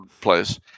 place